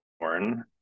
born